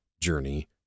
journey